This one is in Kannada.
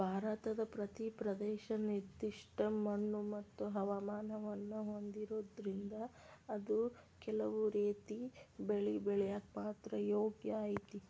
ಭಾರತದ ಪ್ರತಿ ಪ್ರದೇಶ ನಿರ್ದಿಷ್ಟ ಮಣ್ಣುಮತ್ತು ಹವಾಮಾನವನ್ನ ಹೊಂದಿರೋದ್ರಿಂದ ಅದು ಕೆಲವು ರೇತಿ ಬೆಳಿ ಬೆಳ್ಯಾಕ ಮಾತ್ರ ಯೋಗ್ಯ ಐತಿ